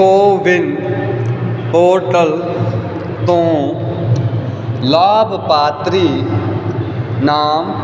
CoWIN portal ਤੋਂ ਲਾਭਪਾਤਰੀ ਨਾਮ